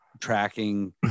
tracking